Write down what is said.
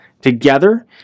together